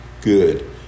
good